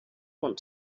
want